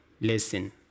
listen